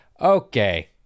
Okay